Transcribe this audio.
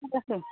मा जाखो